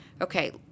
Okay